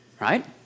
Right